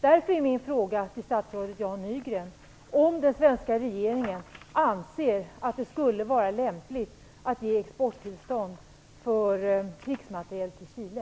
Därför är min fråga till statsrådet Jan Nygren följande: Anser den svenska regeringen att det skulle vara lämpligt att ge exporttillstånd för krigsmateriel till Chile?